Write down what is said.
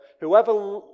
Whoever